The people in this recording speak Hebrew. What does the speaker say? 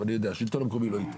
השלטון המקומי לא ייתן.